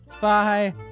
Bye